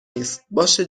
نیست، باشه